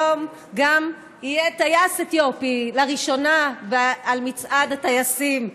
היום גם יהיה טייס אתיופי לראשונה במצעד הטייסים.